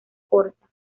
corta